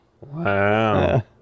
Wow